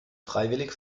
freiwillig